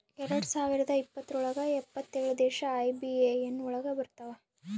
ಎರಡ್ ಸಾವಿರದ ಇಪ್ಪತ್ರೊಳಗ ಎಪ್ಪತ್ತೇಳು ದೇಶ ಐ.ಬಿ.ಎ.ಎನ್ ಒಳಗ ಬರತಾವ